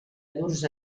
llurs